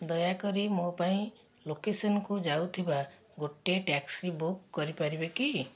ଦୟାକରି ମୋ ପାଇଁ ଲୋକେସନ୍କୁ ଯାଉଥିବା ଗୋଟେ ଟ୍ୟାକ୍ସି ବୁକ୍ କରିପାରିବେ କି